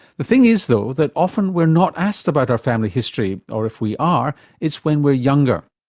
the thing is though that often we're not asked about our family history or if we are it's when we're younger.